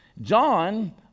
John